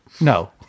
No